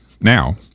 Now